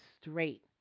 straight